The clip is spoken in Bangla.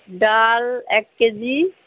ডাল এক কেজি